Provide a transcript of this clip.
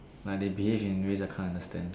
like they behave in a way that can't understand